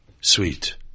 sweet